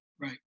Right